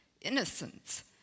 innocence